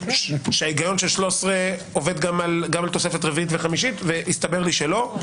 שההיגיון של 13 עובד גם על תוספת רביעית וחמישית והסתבר לי שלא.